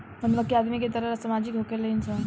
मधुमक्खी आदमी के तरह सामाजिक होखेली सन